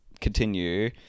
continue